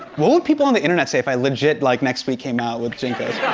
what would people on the internet say if i legit, like, next week came out with jncos?